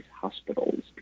hospitals